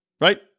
right